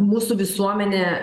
mūsų visuomenė